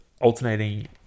alternating